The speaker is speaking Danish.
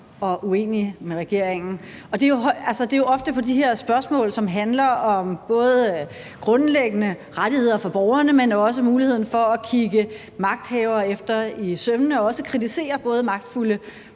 og uenig med regeringen. Det er jo ofte på de her spørgsmål, som handler om både grundlæggende rettigheder for borgerne, men også muligheden for at kigge magthavere efter i sømmene og også kritisere både magtfulde